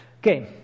Okay